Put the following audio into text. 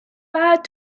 بعد